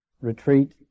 retreat